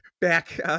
back